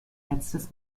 letztes